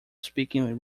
speaking